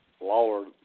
Lawler